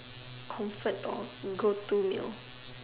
comfort or go to meal